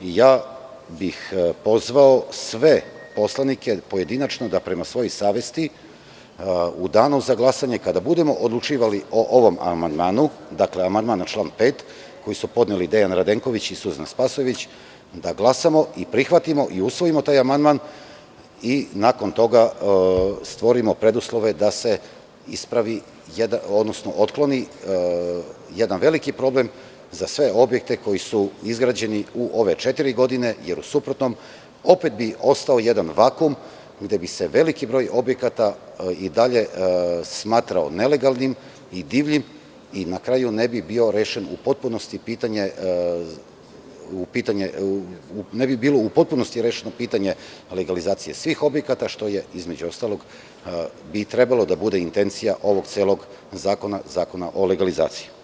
Pozvao bih sve poslanike pojedinačno, da prema svojoj savesti, u danu za glasanje, kada budemo odlučivali o ovom amandmanu, dakle, amandmanu na član 5. koji su podneli Dejan Radenković i Suzana Spasojević, da glasamo i prihvatimo i usvojimo taj amandman i nakon toga stvorimo preduslove da se ispravi, odnosno otkloni jedan veliki problem za sve objekte koji su izgrađeni u ove četiri godine, jer u suprotnom, opet bi ostao jedan vakuum gde bi se veliki deo objekata i dalje smatrao nelegalnim i divljim i na kraju ne bi bilo rešeno u potpunosti pitanje legalizacije svih objekata, što bi, između ostalog, trebalo da bude intencija celog Zakona o legalizaciji.